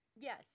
Yes